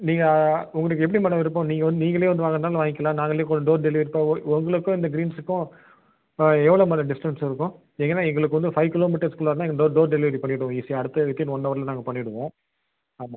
நீங்கள் உங்களுக்கு எப்படி மேடம் விருப்பம் நீங்கள் வந்து நீங்களே வந்து வாங்குகிறதா இருந்தாலும் வாங்கிக்கலாம் நாங்களே கூட டோர் டெலிவரி உங்களுக்கு இந்த கிரீன்ஸுக்கும் எவ்வளோ மேடம் டிஸ்ட்டன்ஸ் இருக்கும் ஏங்கன்னால் எங்களுக்கு வந்து ஃபைவ் கிலோமீட்டர்ஸ்க்குள்ளனால் இங்கே டோர் டோர் டெலிவரி பண்ணிவிடுவோம் ஈஸியாக அடுத்த வித்தின் ஒன்னவரில் நாங்கள் பண்ணிவிடுவோம் ஆமாம்